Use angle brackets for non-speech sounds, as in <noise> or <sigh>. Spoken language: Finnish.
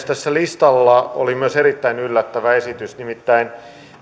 <unintelligible> tässä listalla oli myös erittäin yllättävä esitys nimittäin